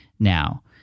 Now